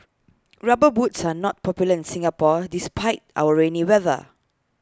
rubber boots are not popular in Singapore despite our rainy weather